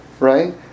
Right